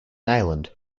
island